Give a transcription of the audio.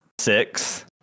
six